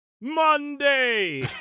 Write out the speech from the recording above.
Monday